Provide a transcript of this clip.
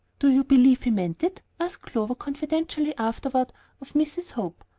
do you believe he meant it? asked clover, confidentially afterward of mrs. hope.